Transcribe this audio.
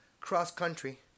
cross-country